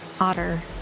otter